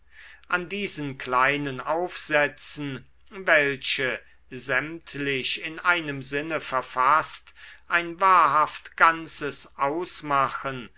an diesen kleinen aufsätzen welche sämtlich in einem sinne verfaßt ein wahrhaft ganzes ausmachen